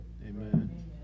Amen